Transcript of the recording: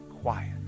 quiet